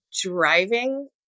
driving